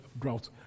drought